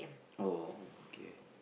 oh okay